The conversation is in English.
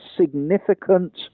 significant